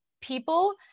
people